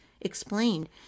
explained